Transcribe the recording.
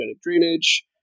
drainage